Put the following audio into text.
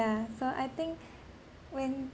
yeah so I think when